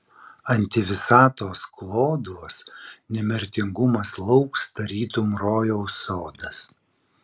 antivisatos kloduos nemirtingumas lauks tarytum rojaus sodas